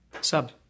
Sub